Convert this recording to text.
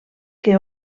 que